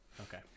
Okay